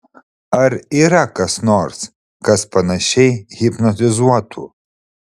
ar yra kas nors kas panašiai hipnotizuotų